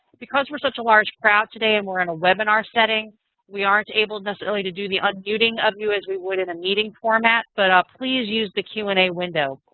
because we're such a large crowd today and we're in a webinar setting we aren't able necessarily to do the unmuting of you as we would in a meeting format. but please use the q and a window.